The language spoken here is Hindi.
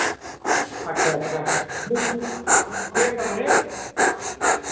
अच्छा अच्छा छह कमरे